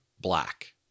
black